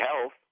health